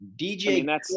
DJ